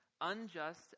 unjust